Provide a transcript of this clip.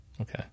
Okay